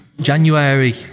January